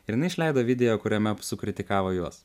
ir jinai išleido video kuriame sukritikavo juos